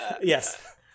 Yes